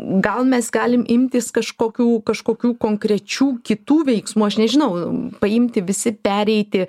gal mes galim imtis kažkokių kažkokių konkrečių kitų veiksmų aš nežinau paimti visi pereiti